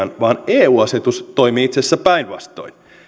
vaan eu asetus toimii itse asiassa päinvastoin